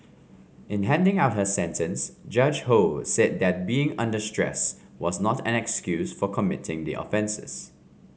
in handing out her sentence Judge Ho said that being under stress was not an excuse for committing the offences